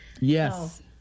Yes